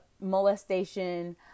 molestation